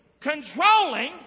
Controlling